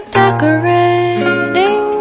decorating